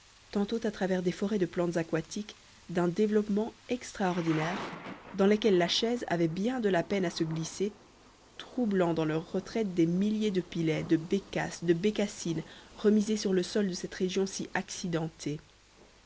tantôt à travers des forêts de plantes aquatiques d'un développement extraordinaire dans lesquelles la chaise avait bien de la peine à se glisser troublant dans leurs retraites des milliers de pilets de bécasses de bécassines remisés sur le sol de cette région si accidentée